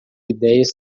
idéias